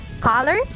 color